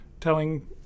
Telling